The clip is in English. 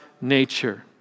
nature